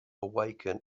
awaken